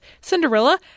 Cinderella